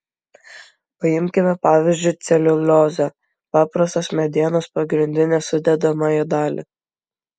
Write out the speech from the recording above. paimkime pavyzdžiu celiuliozę paprastos medienos pagrindinę sudedamąją dalį